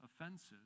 offenses